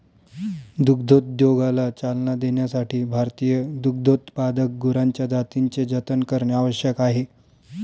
दुग्धोद्योगाला चालना देण्यासाठी भारतीय दुग्धोत्पादक गुरांच्या जातींचे जतन करणे आवश्यक आहे